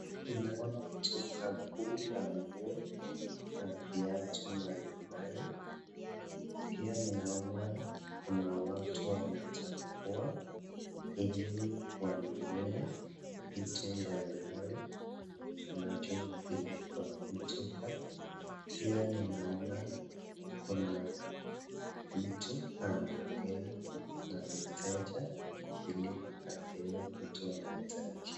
Ninaona duka kuu la nguo na pia viatu mbalimbali. Pia ninaona kuna watu wanachagua ili wanunue vitu mbalimbali ambacho iko kwa kiduka. Pia ninaona kuna mtu anaongea na mteja ili apewe vitu anahitaji.